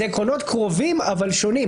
אלה עקרונות קרובים אבל שונים.